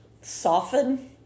soften